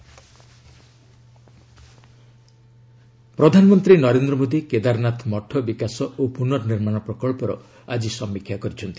PM Kedarnath review ପ୍ରଧାନମନ୍ତ୍ରୀ ନରେନ୍ଦ୍ର ମୋଦୀ କେଦାରନାଥ ମଠ ବିକାଶ ଓ ପୁନନିର୍ମାଣ ପ୍ରକଳ୍ପର ଆଜି ସମୀକ୍ଷା କରିଛନ୍ତି